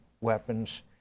weapons